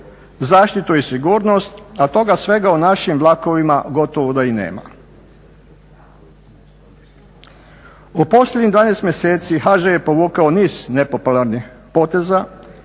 zaštitu i sigurnost, a toga svega u našim vlakovima gotovo da i nema. U posljednjih 12. mjeseci HŽ je povukao niz nepopularnih poteza